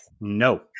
No